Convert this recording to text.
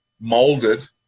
molded